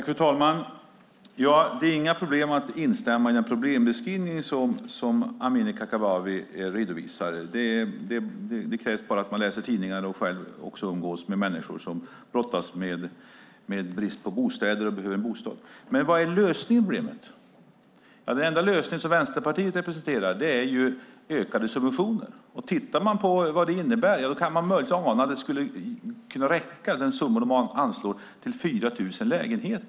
Fru talman! Det är lätt att instämma i den problembeskrivning som Amineh Kakabaveh redovisar. Det krävs bara att man läser tidningarna och umgås med människor som brottas med bristen på bostäder och behöver en bostad. Men vad är lösningen på problemet? Den enda lösning som Vänsterpartiet presenterar är ökade subventioner, men den summa de anslår skulle räcka till 4 000 lägenheter.